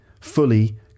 fully